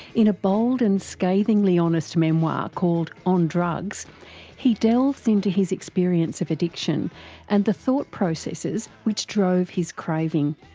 in a bold and scathingly honest memoir called on drugs he delves into his experience of addiction and the thought processes which drove his craving.